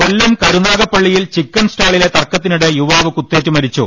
കൊല്ലം കരുനാഗപ്പള്ളിയിൽ ചിക്കൻ സ്റ്റാളിലെ തർക്കത്തിനിടെ യുവാവ് കുത്തേറ്റ് മരിച്ചു